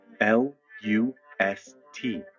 L-U-S-T